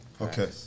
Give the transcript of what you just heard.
Okay